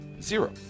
Zero